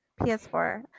PS4